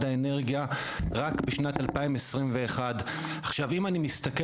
האנרגיה רק בשנת 2021. אם אני מסתכל